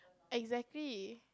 exactly